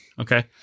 Okay